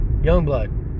youngblood